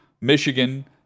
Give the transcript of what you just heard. Michigan